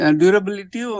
durability